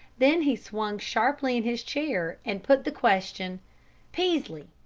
then he swung sharply in his chair and put the question peaslee,